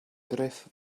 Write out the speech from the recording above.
gruff